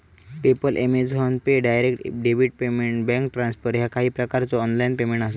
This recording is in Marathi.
PayPal, Amazon Pay, direct debit payment, bank transfer ह्या काही प्रकारचो ऑनलाइन पेमेंट आसत